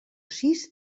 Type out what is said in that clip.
sis